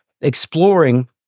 exploring